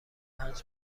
پنج